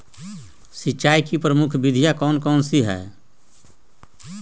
सिंचाई की प्रमुख विधियां कौन कौन सी है?